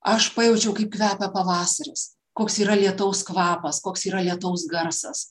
aš pajaučiau kaip kvepia pavasaris koks yra lietaus kvapas koks yra lietaus garsas